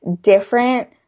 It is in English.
different